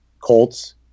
Colts